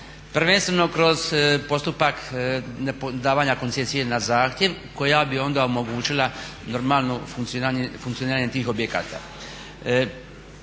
prvenstveno kroz postupak davanja koncesije na zahtjev koja bi onda omogućila normalno funkcioniranje tih objekata.